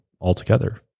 altogether